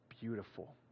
beautiful